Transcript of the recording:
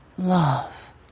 Love